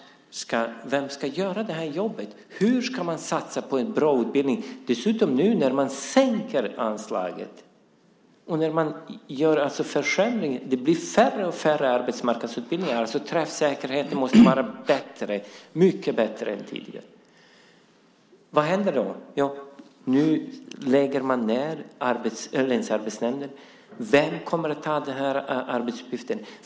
Vem ska göra det här jobbet? Hur ska man satsa på bra utbildning när man nu dessutom sänker anslaget och gör försämringar? Det blir färre och färre arbetsmarknadsutbildningar. Träffsäkerheten måste vara mycket bättre än tidigare. Vad händer då? Jo, nu lägger man ned länsarbetsnämnderna. Vem kommer att ta över deras arbetsuppgift?